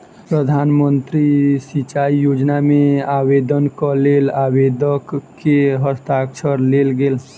प्रधान मंत्री कृषि सिचाई योजना मे आवेदनक लेल आवेदक के हस्ताक्षर लेल गेल